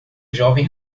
jovem